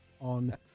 on